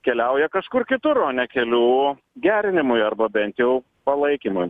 keliauja kažkur kitur o ne kelių gerinimui arba bent jau palaikymui